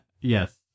Yes